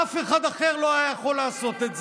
אף אחד אחר לא היה יכול לעשות את זה.